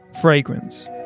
fragrance